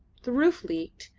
the roof leaked,